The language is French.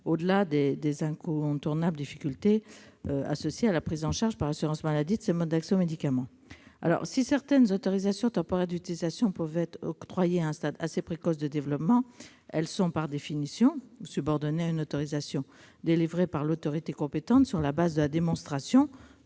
au-delà des incontournables difficultés associées à la prise en charge par l'assurance maladie de ces modes d'accès aux médicaments. Si certaines autorisations temporaires d'utilisation peuvent être octroyées à un stade assez précoce de développement, elles sont, par définition, subordonnées à une autorisation délivrée par l'autorité compétente sur la base de la démonstration